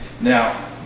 Now